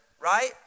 right